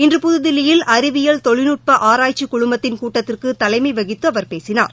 இன்று புதுதில்லியில் அறிவில் தொழில்நுட்ப ஆராய்ச்சிக் குழுமத்தின் கூட்டத்திற்கு தலைமை வகித்து அவர் பேசினார்